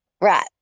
Right